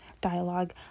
dialogue